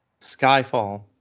Skyfall